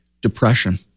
depression